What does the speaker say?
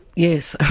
yes,